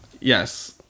Yes